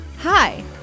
Hi